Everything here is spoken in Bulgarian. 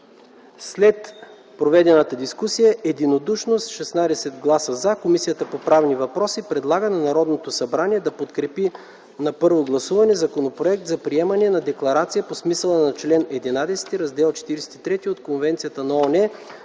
След проведената дискусия, единодушно с 16 гласа „за”, Комисията по правни въпроси предлага на Народното събрание да подкрепи на първо гласуване Законопроект за приемане на Декларация по смисъла на чл. ХІ, Раздел 43 от Конвенцията на ООН